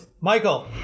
Michael